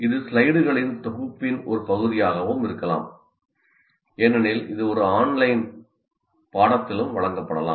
இது ஸ்லைடுகளின் தொகுப்பின் ஒரு பகுதியாகவும் இருக்கலாம் ஏனெனில் இது ஒரு ஆன்லைன் பாடத்திலும் வழங்கப்படலாம்